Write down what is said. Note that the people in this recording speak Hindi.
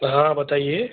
हाँ बताइये